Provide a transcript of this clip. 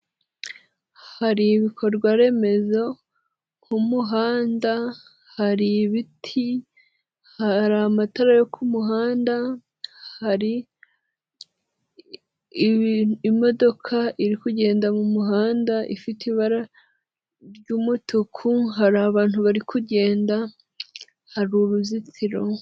Hari ibikorwa remezo nk'umuhanda, hari ibiti, hari amatara yo ku muhanda, hari imodoka iri kugenda mu muhanda ifite ibara ry'umutuku, hari abantu bari kugenda, hari uruzitiro.